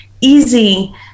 easy